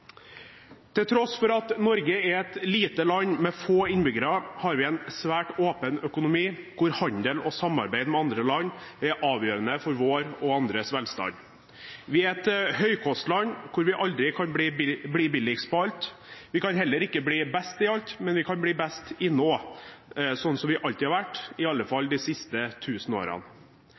Til tross for at Norge er et lite land med få innbyggere, har vi en svært åpen økonomi, der handel og samarbeid med andre land er avgjørende for vår og andres velstand. Vi er et høykostland, som aldri kan bli billigst på alt. Vi kan heller ikke bli best i alt, men vi kan bli best i noe, slik vi alltid har vært – i alle fall de siste 1 000 årene.